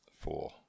Four